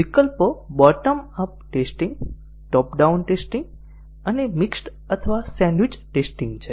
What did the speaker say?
વિકલ્પો bottom up testing top down testing અને mixed અથવા સેન્ડવિચ ટેસ્ટિંગ છે